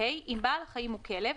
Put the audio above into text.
(ה)אם בעל החיים הוא כלב,